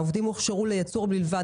העובדים הוכשרו לייצור בלבד,